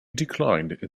declined